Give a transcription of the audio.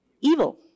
evil